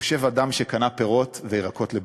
יושב אדם שקנה פירות וירקות לביתו".